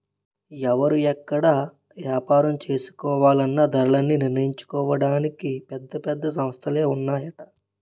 ఎవడు ఎక్కడ ఏపారం చేసుకోవాలన్నా ధరలన్నీ నిర్ణయించడానికి పెద్ద పెద్ద సంస్థలే ఉన్నాయట